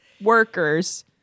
workers